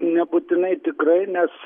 nebūtinai tikrai nes